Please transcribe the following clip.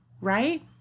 right